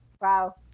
wow